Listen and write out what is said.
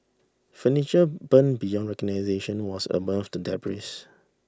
furniture burned beyond recognition was above the debris